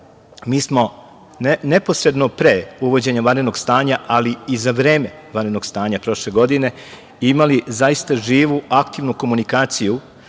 mi smo neposredno pre uvođenja vanrednog stanja, ali i za vreme vanrednog stanja prošle godine imali zaista živu aktivnu komunikaciju